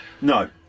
No